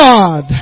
God